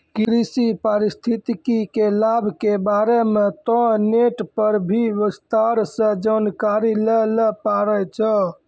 कृषि पारिस्थितिकी के लाभ के बारे मॅ तोहं नेट पर भी विस्तार सॅ जानकारी लै ल पारै छौ